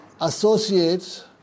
associate